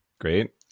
Great